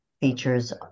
features